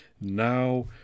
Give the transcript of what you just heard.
now